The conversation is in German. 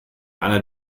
einer